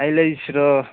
ꯑꯩ ꯂꯩꯁꯤꯔꯣ